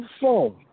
phone